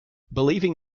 believing